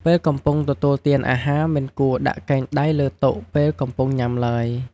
ពេលកំពុងទទួលទានអាហារ មិនគួរដាក់កែងដៃលើតុពេលកំពុងញុំាឡើយ។